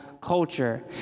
culture